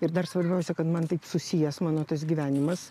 ir dar svarbiausia kad man taip susijęs mano tas gyvenimas